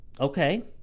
Okay